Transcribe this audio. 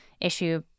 issue